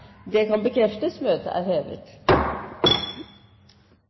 Det bekreftes. – Møtet er hevet.